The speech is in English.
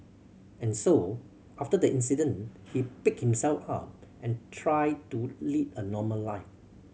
and so after the incident he picked himself up and tried to lead a normal life